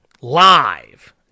live